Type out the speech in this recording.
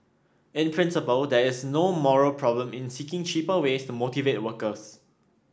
in principle there is no moral problem in seeking cheaper ways to motivate workers